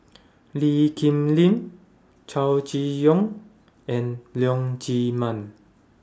Lee Kip Lin Chow Chee Yong and Leong Chee Mun